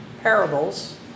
parables